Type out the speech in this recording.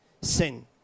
sin